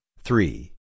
three